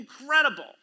incredible